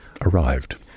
arrived